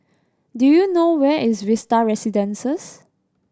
do you know where is Vista Residences